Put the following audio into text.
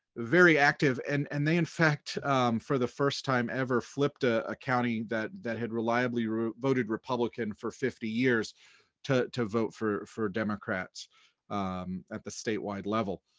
very active. and and they in fact for the first time ever flipped a ah county that that had reliably voted republican for fifty years to to vote for for democrats at the statewide level.